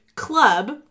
club